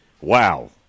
wow